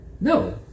No